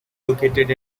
located